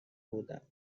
بودم